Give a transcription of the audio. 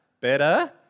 better